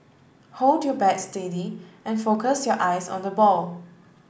hold your bat steady and focus your eyes on the ball